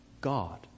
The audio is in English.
God